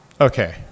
okay